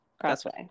crossway